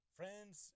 friends